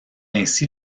ainsi